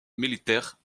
militaire